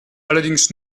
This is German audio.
allerdings